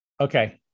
Okay